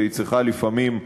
והיא צריכה לפעמים,